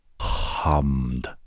hummed